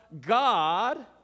God